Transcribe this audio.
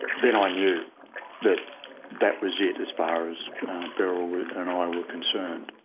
then i knew that that was it as far as beryl and i were concerned.